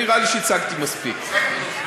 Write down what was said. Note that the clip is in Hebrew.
נראה לי שהצגתי מספיק.